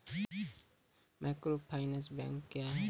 Microfinance bank क्या हैं?